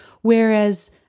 Whereas